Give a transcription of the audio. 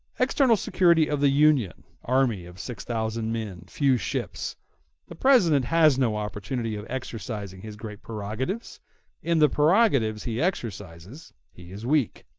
external security of the union army of six thousand men few ships the president has no opportunity of exercising his great prerogatives in the prerogatives he exercises he is weak.